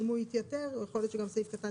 אם הוא יתייתר אז יכול להיות שגם סעיף קטן